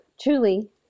truly